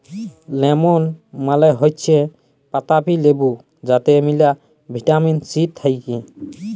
lemon মালে হৈচ্যে পাতাবি লেবু যাতে মেলা ভিটামিন সি থাক্যে